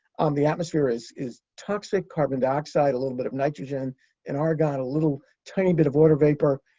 um the atmosphere is is toxic carbon dioxide, a little bit of nitrogen and argon, a little, tiny bit of water vapor.